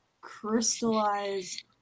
crystallized